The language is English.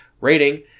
rating